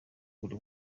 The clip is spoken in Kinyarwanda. buri